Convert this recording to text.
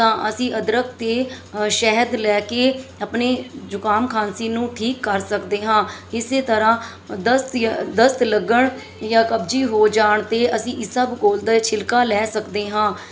ਤਾਂ ਅਸੀਂ ਅਦਰਕ ਅਤੇ ਸ਼ਹਿਦ ਲੈ ਕੇ ਆਪਣੇ ਜੁਕਾਮ ਖਾਂਸੀ ਨੂੰ ਠੀਕ ਕਰ ਸਕਦੇ ਹਾਂ ਇਸੇ ਤਰ੍ਹਾਂ ਦਸਤ ਜਾਂ ਦਸਤ ਲੱਗਣ ਜਾਂ ਕਬਜੀ ਹੋ ਜਾਣ 'ਤੇ ਅਸੀਂ ਇਸਬਗੋਲ ਦਾ ਛਿਲਕਾ ਲੈ ਸਕਦੇ ਹਾਂ